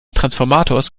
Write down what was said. transformators